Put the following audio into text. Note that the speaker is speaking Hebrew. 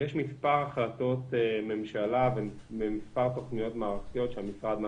יש מספר החלטות ממשלה ומספר תוכניות מערכתיות שהמשרד מפעיל.